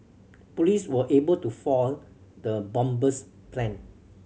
police were able to foil the bomber's plan